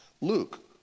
Luke